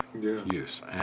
use